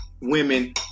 women